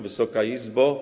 Wysoka Izbo!